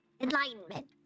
enlightenment